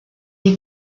est